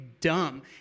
dumb